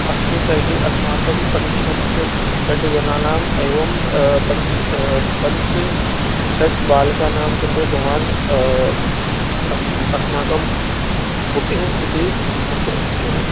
अस्तु तर्हि अस्माकं पञ्चशत षड् जनानाम् एवं पञ्च पञ्च षड् बालकानां कृते भवान् अस्माकं बुकिङ् इति कर्तुं शक्यते